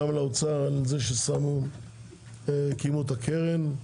גם לאוצר על זה שהקימו את הקרן,